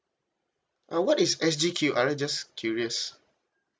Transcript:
uh what is S_G Q_R ah just curious